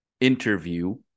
interview